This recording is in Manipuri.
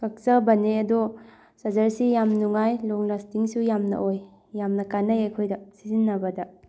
ꯀꯛꯆꯕꯅꯦ ꯑꯗꯣ ꯆꯥꯔꯖꯔꯁꯤ ꯌꯥꯝ ꯅꯨꯡꯉꯥꯏ ꯂꯣꯡ ꯂꯥꯁꯇꯤꯡꯁꯨ ꯌꯥꯝꯅ ꯑꯣꯏ ꯌꯥꯝꯅ ꯀꯥꯟꯅꯩ ꯑꯩꯈꯣꯏꯗ ꯁꯤꯖꯤꯟꯅꯕꯗ